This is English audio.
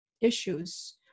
issues